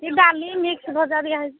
ଏ ଡାଲି ମିକ୍ସ ଭଜା ଦିଆହୋଇଛି